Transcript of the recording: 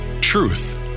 Truth